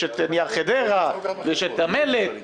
יש את נייר חדרה ויש את המלט.